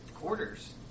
quarters